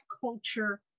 culture